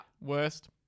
Worst